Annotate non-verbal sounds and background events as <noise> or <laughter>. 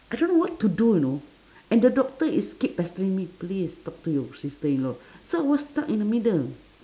I don't know what to do you know and the doctor is keep pestering me please talk to your sister-in-law <breath> so I was stuck in the middle